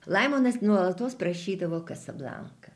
laimonas nuolatos prašydavo kasablanką